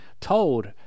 told